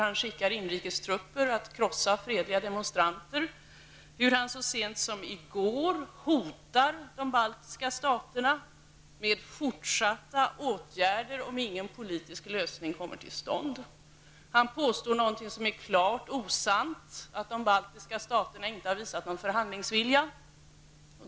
Han skickar inrikestrupper att krossa fredliga demonstranter. Så sent som i går hotade han de baltiska staterna med fortsatta åtgärder om ingen politisk lösning kommer till stånd. Han påstår något som är klart osant, nämligen att de baltiska staterna inte har visat någon förhandlingsvilja.